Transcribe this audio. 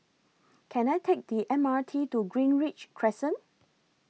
Can I Take The M R T to Greenridge Crescent